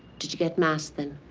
did you get mass then?